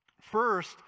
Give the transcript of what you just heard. First